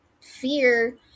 fear